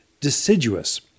deciduous